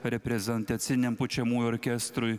reprezentaciniam pučiamųjų orkestrui